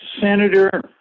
Senator